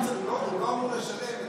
הוא לא אמור לשלם,